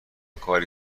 کاری